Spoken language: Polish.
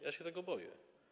Ja się tego boję.